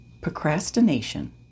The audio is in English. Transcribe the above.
Procrastination